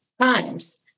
times